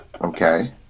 Okay